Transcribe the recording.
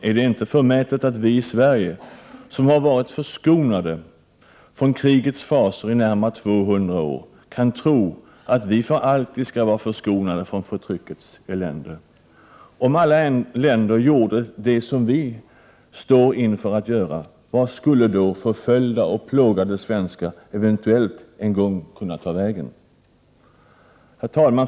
Är det inte förmätet att vi i Sverige, som har varit förskonade från krigets fasor i närmare 200 år, kan tro att vi skall för alltid vara förskonade från förtryckets elände? Om alla länder gjorde det som vi nu står inför att göra — vart skulle då förföljda och plågade svenskar eventuellt en gång kunna ta vägen? Herr talman!